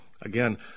Again